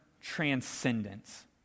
transcendence